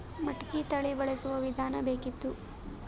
ಮಟಕಿ ತಳಿ ಬಳಸುವ ವಿಧಾನ ಬೇಕಿತ್ತು?